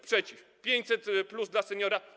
Przeciw. 500+ dla seniora?